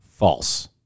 False